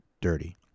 dirty